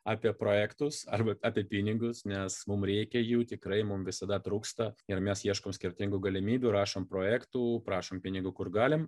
apie projektus arba apie pinigus nes mum reikia jų tikrai mum visada trūksta ir mes ieškom skirtingų galimybių rašom projektų prašom pinigų kur galim